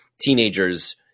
teenagers